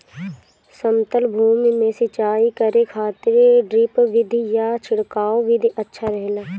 समतल भूमि में सिंचाई करे खातिर ड्रिप विधि या छिड़काव विधि अच्छा रहेला?